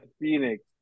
Phoenix